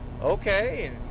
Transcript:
Okay